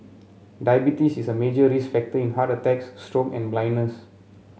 diabetes is a major risk factor in heart attacks stroke and blindness